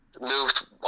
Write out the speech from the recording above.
Moved